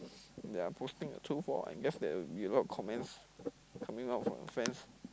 ya posting two four I guess there will be a lot of comments coming out from my friends